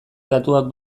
datuak